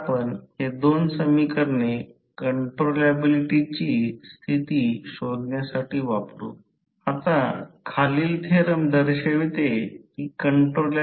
मग ते x P fl विभाजित x P fl Wi होईल जे येथे लिहिलेले असेल तर जास्तीत जास्त कार्यक्षमता x P flx P fl 2 Wi